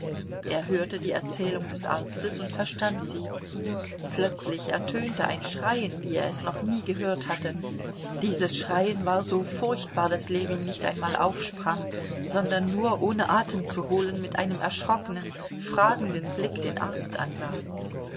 er hörte die erzählung des arztes und verstand sie plötzlich ertönte ein schreien wie er es noch nie gehört hatte dieses schreien war so furchtbar daß ljewin nicht einmal aufsprang sondern nur ohne atem zu holen mit einem erschrocken fragenden blick den arzt ansah